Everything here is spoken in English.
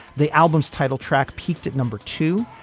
the album's title track peaked at number two.